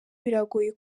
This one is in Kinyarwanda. biragoye